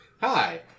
Hi